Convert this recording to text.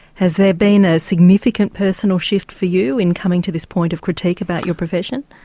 has there been a significant personal shift for you in coming to this point of critique about your profession?